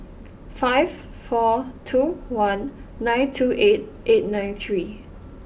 five four two one nine two eight eight nine three